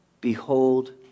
behold